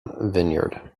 vineyard